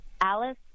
alice